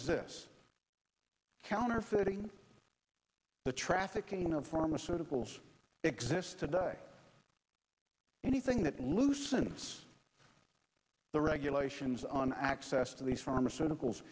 is this counterfeiting the trafficking of pharmaceuticals exists today anything that loosens the regulations on access to these pharmaceuticals